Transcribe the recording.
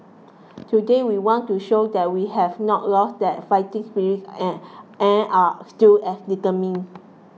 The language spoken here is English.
today we want to show that we have not lost that fighting spirit and and are still as determined